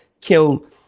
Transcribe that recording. kill